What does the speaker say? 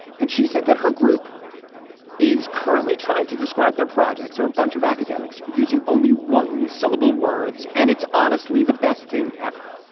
and she said that her group is currently trying to describe their projects. are a bunch of academics using only one syllable words, and it's honestly the best thing ever.